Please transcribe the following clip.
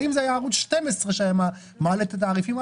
אם זה היה ערוץ 12 שהיה מעלה את התעריפים,